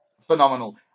phenomenal